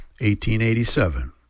1887